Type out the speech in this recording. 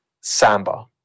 samba